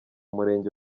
murenge